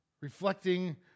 Reflecting